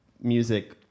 music